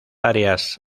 áreas